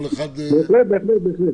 בהחלט.